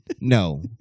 No